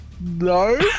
No